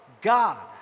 God